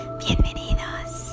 bienvenidos